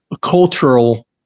cultural